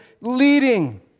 leading